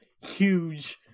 huge